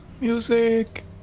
music